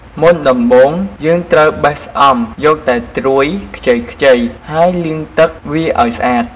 មុនដំបូងយើងត្រូវ បេះស្អំយកតែត្រួយខ្ចីៗ ហើយលាងទឹកវាឱ្យស្អាត។